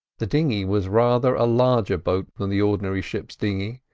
the dinghy was rather a larger boat than the ordinary ships' dinghy,